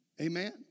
Amen